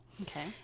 Okay